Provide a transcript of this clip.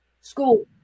school